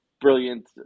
brilliant